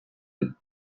you